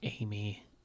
Amy